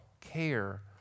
care